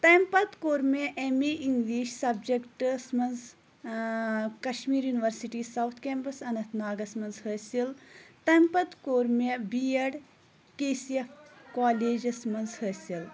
تَمہِ پَتہٕ کوٚر مےٚ ایٚم اے اِنٛگلِش سَبجیٚکٹَس منٛز ٲں Kashmir university south campus Anant ناگَس منٛز حٲصِل تَمہِ پَتہٕ کوٚر مےٚ B Ed K C F کالیجَس منٛز حٲصِل